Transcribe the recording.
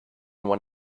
when